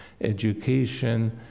education